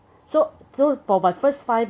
so so for my first five